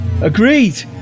Agreed